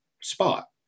spot